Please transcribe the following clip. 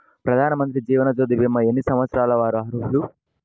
ప్రధానమంత్రి జీవనజ్యోతి భీమా ఎన్ని సంవత్సరాల వారు అర్హులు?